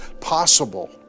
possible